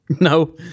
no